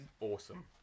awesome